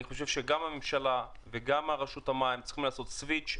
גם הממשלה וגם רשות המים צריכים לעשות סוויץ'.